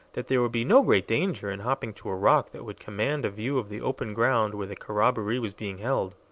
that there would be no great danger in hopping to a rock that would command a view of the open ground where the corroboree was being held.